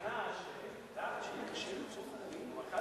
יש טענה שקשה למצוא מנהלים, מנכ"לים.